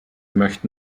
möchte